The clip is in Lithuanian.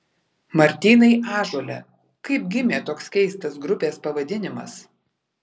martynai ąžuole kaip gimė toks keistas grupės pavadinimas